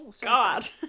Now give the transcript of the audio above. god